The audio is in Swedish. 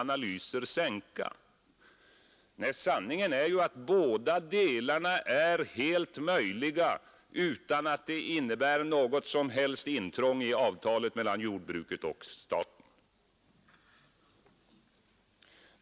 Nej, sanningen är ju att båda delarna är helt möjliga utan att det innebär något som helst intrång i avtalet mellan jordbruket och staten.